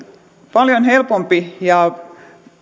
paljon helpompi ja